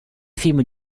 film